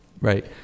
Right